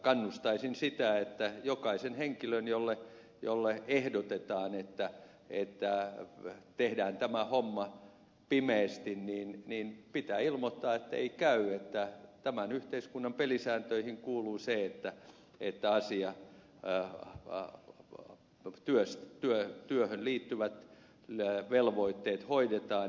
kannustaisin siihen että jokaisen henkilön jolle ehdotetaan että tehdään tämä homma pimeästi pitää ilmoittaa että ei käy tämän yhteiskunnan pelisääntöihin kuuluu se että ei tällaisia tää on ollut työstettyä työhön liittyvät velvoitteet hoidetaan